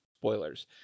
spoilers